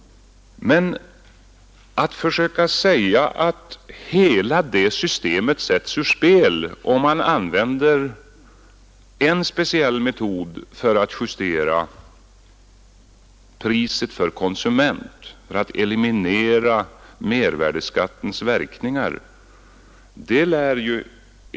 Men det lär inte vara möjligt att med framgång hävda att hela systemet sätts ur spel om man använder en speciell metod för att justera priset för konsumenterna i syfte att eliminera mervärdeskattens verkningar.